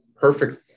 perfect